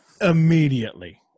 Immediately